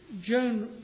Joan